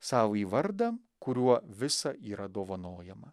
savąjį vardą kuriuo visa yra dovanojama